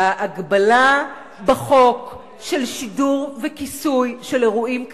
--- ההגבלה בחוק של שידור וכיסוי של אירועים כאלה,